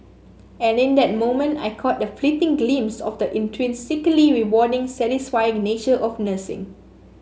and in that moment I caught a fleeting glimpse of the intrinsically rewarding satisfying nature of nursing